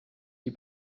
die